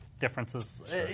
differences